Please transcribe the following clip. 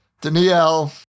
Danielle